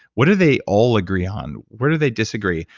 what do they all agree on? where do they disagree?